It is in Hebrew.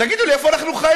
תגידו לי, איפה אנחנו חיים?